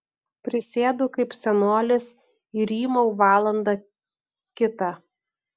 prisėdu kaip senolis ir rymau valandą kitą